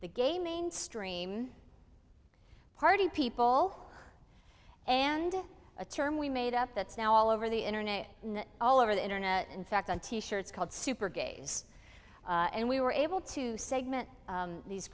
the game main stream party people and a term we made up that's now all over the internet all over the internet in fact on t shirts called super gays and we were able to segment these